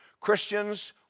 Christians